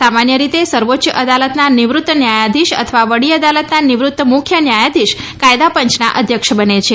સામાન્ય રીતે સર્વોચ્ય અદાલતના નિવૃત્ત ન્યાયાધીશ અથવા વડી અદાલતના નિવૃત્ત મુખ્ય ન્યાયાધીશ કાયદાપંચના અધ્યક્ષ બને છે